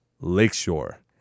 lakeshore